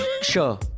Sure